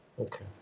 Okay